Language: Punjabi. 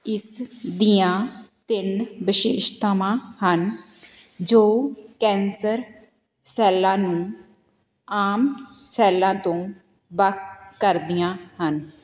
ਇਸ ਦੀਆਂ ਤਿੰਨ ਵਿਸ਼ੇਸ਼ਤਾਵਾਂ ਹਨ ਜੋ ਕੈਂਸਰ ਸੈੱਲਾਂ ਨੂੰ ਆਮ ਸੈੱਲਾਂ ਤੋਂ ਵੱਖ ਕਰਦੀਆਂ ਹਨ